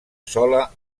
sola